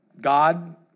God